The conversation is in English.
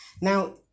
Now